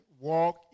walk